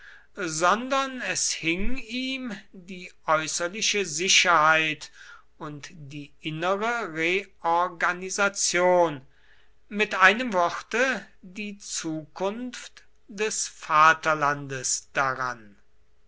sondern es hing ihm die äußerliche sicherheit und die innere reorganisation mit einem worte die zukunft des vaterlandes daran